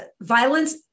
violence